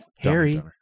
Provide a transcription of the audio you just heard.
Harry